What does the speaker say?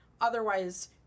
otherwise